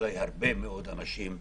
ואז גם האנשים שהיו להם עיקולים של 10 שנים,